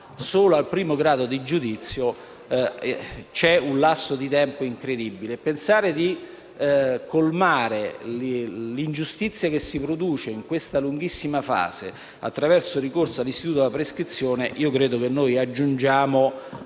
solo al primo grado di giudizio, però, trascorre un lasso di tempo incredibile. Pensare di colmare l'ingiustizia che si produce in questa lunghissima fase attraverso il ricorso all'istituto della prescrizione significherebbe aggiungere